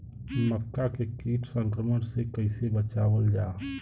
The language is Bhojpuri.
मक्का के कीट संक्रमण से कइसे बचावल जा?